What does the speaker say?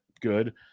good